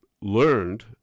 learned